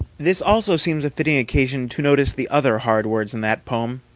this also seems a fitting occasion to notice the other hard words in that poem.